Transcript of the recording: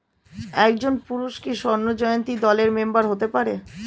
একজন পুরুষ কি স্বর্ণ জয়ন্তী দলের মেম্বার হতে পারে?